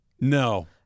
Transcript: No